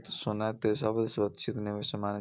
निवेशक सोना कें सबसं सुरक्षित निवेश मानै छै